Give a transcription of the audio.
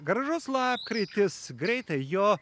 gražus lapkritis greitai jo